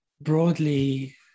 broadly